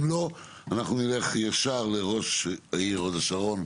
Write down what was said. אם לא אנחנו נלך ישר לראש העיר הוד השרון,